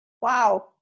Wow